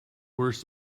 worse